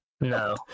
No